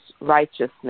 righteousness